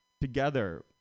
Together